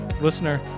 listener